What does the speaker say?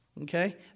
Okay